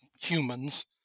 humans